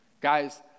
guys